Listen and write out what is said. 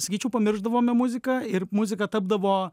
sakyčiau pamiršdavome muziką ir muzika tapdavo